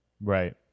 Right